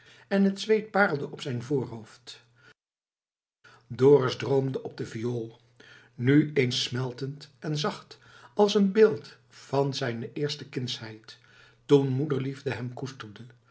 en het zweet parelde op zijn voorhoofd dorus droomde op de viool nu eens smeltend en zacht als een beeld van zijne eerste kindsheid toen moederliefde hem koesterde